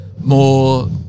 more